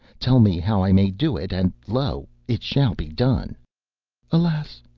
tell me how i may do it, and lo! it shall be done alas!